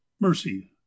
mercy